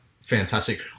fantastic